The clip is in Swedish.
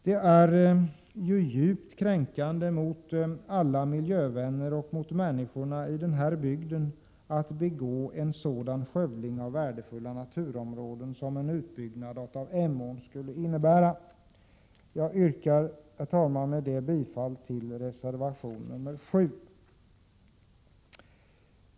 Det vore djupt kränkande mot alla miljövänner och mot människorna i bygden att tillåta en sådan skövling av värdefulla naturområden som en utbyggnad av Emån skulle innebära. Herr talman! Jag yrkar bifall till reservation 7. Herr talman!